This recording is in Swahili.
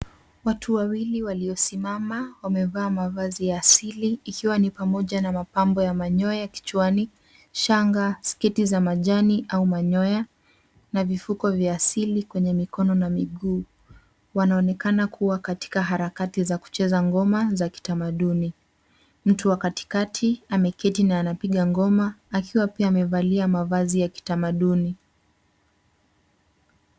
Watu wawili waliosimama wamevaa mavazi ya asili ikiwa ni pamoja na mapambo ya manyoya kichwani, shanga, sketi za majani au manyoya na vifuko vya asili kwenye mikono na miguu. Wanaonekana kuwa katika harakati za kucheza ngoma za kitamaduni. Mtu wa katikati ameketi na anapiga ngoma akiwa pia amevalia mavazi ya kitamaduni.